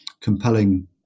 compelling